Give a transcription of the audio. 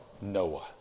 Noah